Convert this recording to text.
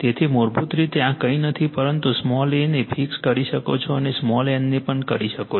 તેથી મૂળભૂત રીતે આ કંઈ નથી પરંતુ સ્મોલ a ને ફિક્સ કરી શકો છો અને સ્મોલ n ને પણ કરી શકો છો